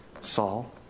Saul